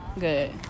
Good